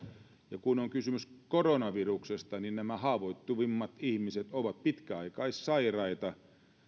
ja kun on kysymys koronaviruksesta niin nämä haavoittuvimmat ihmiset ovat pitkäaikaissairaat